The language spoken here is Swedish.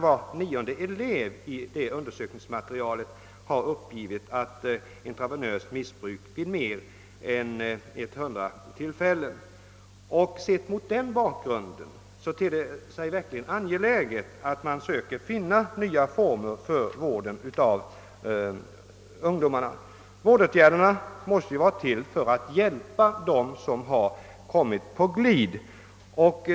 Var nionde elev i det undersökningsmaterialet har uppgivit intravenöst missbruk vid mer än 100 tillfällen. Sett mot den bakgrunden ter det sig verkligen angeläget att finna nya former för vården av dessa ungdomar. Vårdåtgärderna måste ju vara till för att hjälpa dem som har kommit på glid.